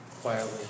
quietly